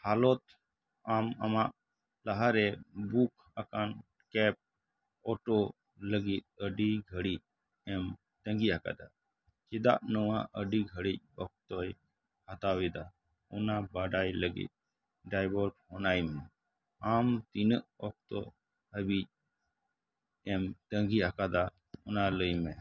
ᱦᱟᱞᱚᱛ ᱟᱢ ᱟᱢᱟᱜ ᱞᱟᱦᱟᱨᱮ ᱵᱩᱠ ᱟᱠᱟᱱ ᱠᱮᱵᱽ ᱳᱴᱳ ᱞᱟ ᱜᱤᱫ ᱟ ᱰᱤ ᱜᱷᱟ ᱲᱤᱡ ᱮᱢ ᱛᱟᱸᱜᱤᱭᱟᱠᱟᱫᱟ ᱪᱮᱫᱟᱜ ᱱᱚᱣᱟ ᱟ ᱰᱤ ᱜᱷᱟ ᱲᱤᱡ ᱚᱠᱛᱚᱭ ᱦᱟᱛᱟᱣᱮᱫᱟ ᱚᱱᱟ ᱵᱟᱰᱟᱭ ᱞᱟ ᱜᱤᱫ ᱰᱟᱭᱵᱷᱚᱨ ᱯᱷᱳᱱ ᱟᱭ ᱢᱮ ᱟᱢ ᱛᱤᱱᱟᱹᱜ ᱚᱠᱛᱚ ᱦᱟ ᱵᱤᱡ ᱮᱢ ᱛᱟᱸᱜᱤ ᱟᱠᱟᱫᱟ ᱚᱱᱟ ᱞᱟᱹᱭ ᱢᱮ